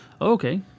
Okay